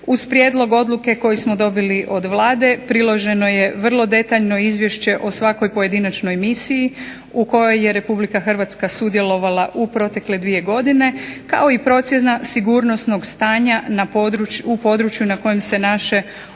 uz prijedlog odluke koji smo dobili od Vlade priloženo je vrlo detaljno izvješće o svakoj pojedinačnoj misiji u kojoj je Republika Hrvatska sudjelovala u protekle dvije godine, kao i procjena sigurnosnog stanja u području na kojem se naše oružane